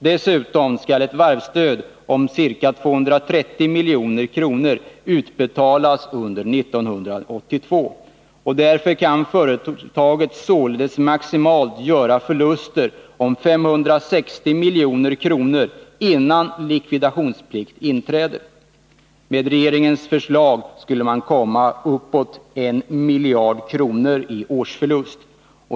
Dessutom skall ett varvsstöd om ca 230 milj.kr. utbetalas under 1982. Företaget kan således göra förluster om maximalt 560 milj.kr. innan likvidationsplikt inträder. Med regeringens förslag skulle man kunna komma till uppemot 1 miljard kronor i årsförlust.